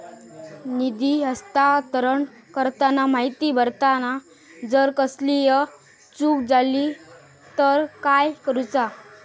निधी हस्तांतरण करताना माहिती भरताना जर कसलीय चूक जाली तर काय करूचा?